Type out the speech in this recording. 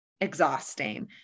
exhausting